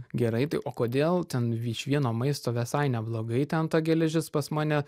gerai tai o kodėl ten iš vieno maisto visai neblogai ten ta geležis pas mane